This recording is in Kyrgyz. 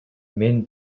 менин